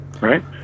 right